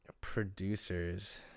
Producers